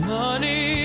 money